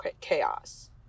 chaos